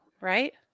right